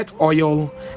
oil